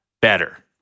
better